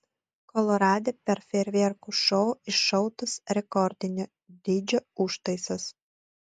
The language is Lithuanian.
kolorade per fejerverkų šou iššautas rekordinio dydžio užtaisas